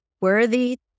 worthy